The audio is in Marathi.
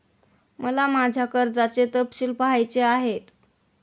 मला माझ्या कर्जाचे तपशील पहायचे आहेत